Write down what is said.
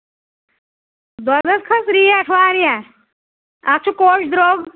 دۄدَس کھٔژ ریٹ واریاہ اَتھ چھِ کوٚش درٛوٚگ